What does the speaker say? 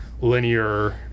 linear